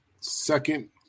Second